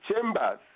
chambers